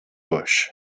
bush